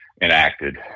enacted